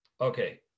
Okay